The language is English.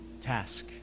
task